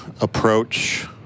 approach